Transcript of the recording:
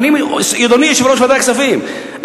אדוני יושב-ראש ועדת הכספים,